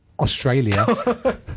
Australia